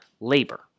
labor